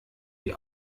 die